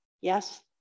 Yes